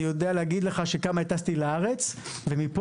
אני יודע להגיד לך כמה הטסתי לארץ ומפה